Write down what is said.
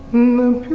move